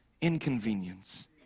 inconvenience